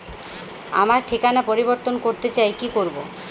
আমার ঠিকানা পরিবর্তন করতে চাই কী করব?